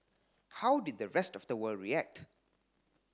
how did the rest of the world react